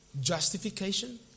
justification